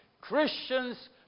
Christians